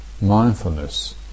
Mindfulness